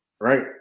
right